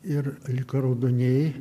ir liko raudonieji